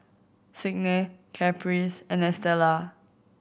Signe Caprice and Estela